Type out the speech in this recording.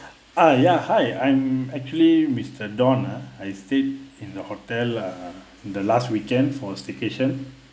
uh ya hi I'm actually mister don ah I stayed in the hotel uh the last weekend for staycation